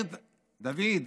דוד,